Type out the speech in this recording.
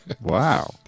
Wow